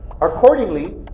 Accordingly